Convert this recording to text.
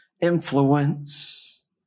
influence